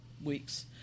weeks